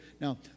Now